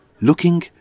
Looking